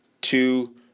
two